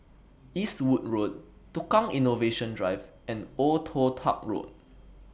Eastwood Road Tukang Innovation Drive and Old Toh Tuck Road